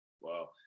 wow